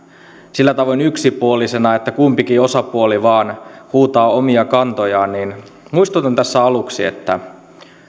sillä tavoin yksipuolisena että kumpikin osapuoli vain huutaa omia kantojaan muistutan aluksi että